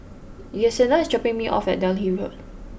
Yesenia is dropping me off at Delhi Road